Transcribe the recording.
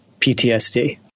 PTSD